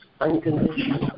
Unconditional